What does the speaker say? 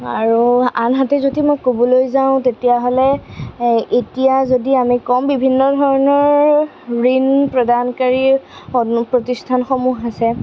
আৰু আনহাতে যদি মই ক'বলৈ যাওঁ তেতিয়াহ'লে এতিয়া যদি আমি কম বিভিন্ন ধৰণৰ ঋণ প্ৰদানকাৰী প্ৰতিষ্ঠানসমূহ আছে